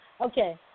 Okay